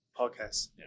podcast